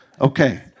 Okay